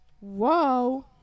whoa